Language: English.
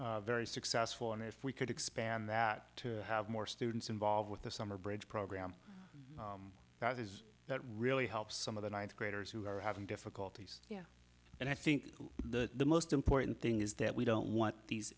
very successful and if we could expand that to have more students involved with the summer bridge program that really helps some of the ninth graders who are having difficulties and i think the most important thing is that we don't want these